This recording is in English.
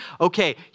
Okay